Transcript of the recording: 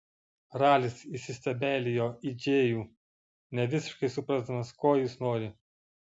ralis įsistebeilijo į džėjų nevisiškai suprasdamas ko jis nori